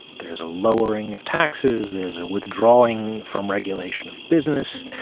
there is a lowering of taxes. there's a withdrawing from regulation of business.